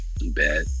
Bad